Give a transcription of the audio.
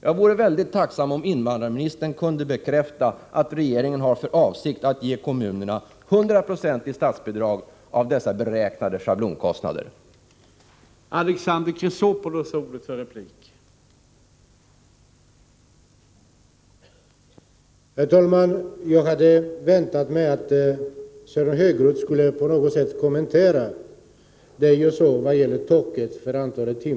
Jag vore väldigt tacksam om invandrarministern kunde bekräfta att regeringen har för avsikt att ge kommunerna 100 90 av dessa beräknade schablonkostnader i statsbidrag.